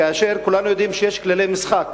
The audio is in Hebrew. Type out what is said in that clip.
כאשר כולם יודעים שיש כללי משחק